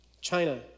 China